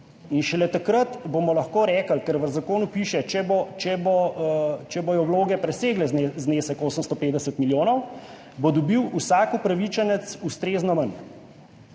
in šele takrat bomo lahko rekli, ker v zakonu piše, če bodo vloge presegle znesek 850 milijonov, bo dobil vsak upravičenec ustrezno manj.